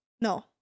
no